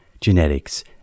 genetics